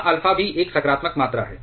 यहां अल्फ़ा भी एक सकारात्मक मात्रा है